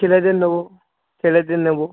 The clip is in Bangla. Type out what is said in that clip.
ছেলেদের নেবো ছেলেদের নেবো